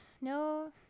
no